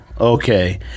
Okay